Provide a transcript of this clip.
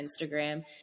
Instagram